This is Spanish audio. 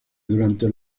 durante